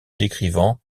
décrivant